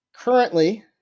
currently